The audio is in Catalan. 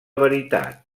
veritat